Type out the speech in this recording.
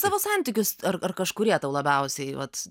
savo santykius ar ar kažkurie tau labiausiai vat